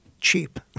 cheap